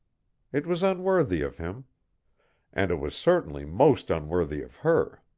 it was unworthy of him and it was certainly most unworthy of her.